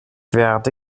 werde